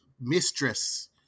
mistress